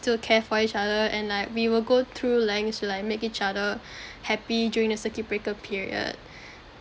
still care for each other and like we will go through lengths to like make each other happy during the circuit breaker period